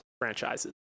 franchises